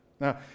Now